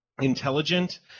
intelligent